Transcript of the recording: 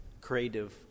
creative